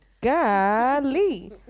Golly